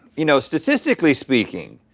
you know, statistically speaking,